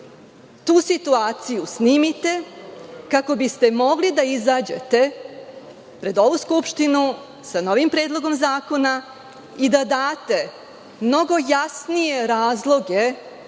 tu situaciju snimite, kako biste mogli da izađete pred ovu skupštinu sa novim Predlogom zakona, i da date mnogo jasnije razloge